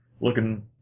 looking